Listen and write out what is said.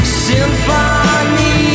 symphony